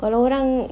kalau orang